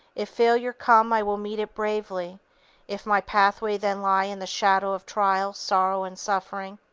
if failure come i will meet it bravely if my pathway then lie in the shadow of trial, sorrow and suffering,